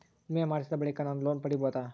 ವಿಮೆ ಮಾಡಿಸಿದ ಬಳಿಕ ನಾನು ಲೋನ್ ಪಡೆಯಬಹುದಾ?